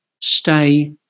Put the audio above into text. Stay